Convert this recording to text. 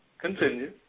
continue